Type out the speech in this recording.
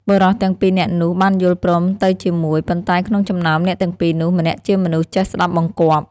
បុរសទាំងពីរនាក់នោះបានយល់ព្រមទៅជាមួយ ប៉ុន្តែក្នុងចំណោមអ្នកទាំងពីរនោះ ម្នាក់ជាមនុស្សចេះស្តាប់បង្គាប់។